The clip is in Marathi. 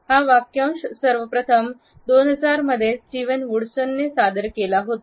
हा वाक्यांश सर्वप्रथम 2000 मध्ये स्टीव्हन्स वुड्सने सादर केला होता